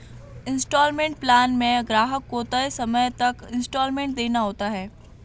instalment plan में ग्राहक को तय समय तक इन्सटॉलमेंट देना होता है